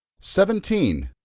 seventeen.